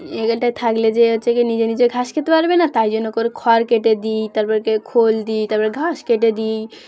এখানটায় থাকলে যে হচ্ছে কি নিজে নিজে ঘাস খেতে পারবে না তাই জন্য করে খড় কেটে দিই তারপর কি খোল দিই তারপর ঘাস কেটে দিই